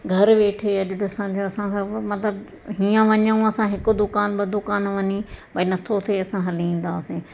घरु वेठे अॼु ॾिसण जो असां सभु मतिलबु हीउ वञूं असां हिकु दुकानु ॿ दुकान वञी भई नथो थिए असां हली ईंदासीं